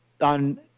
on